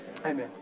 Amen